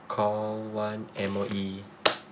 call one M_O_E